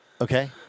Okay